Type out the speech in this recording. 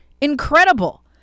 Incredible